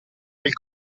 del